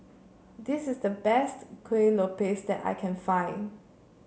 this is the best Kueh Lopes that I can find